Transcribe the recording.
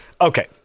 Okay